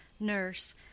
Nurse